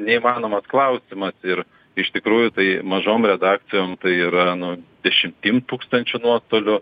neįmanomas klausimas ir iš tikrųjų tai mažom redakcijon tai yra nu dešimtim tūkstančių nuostolių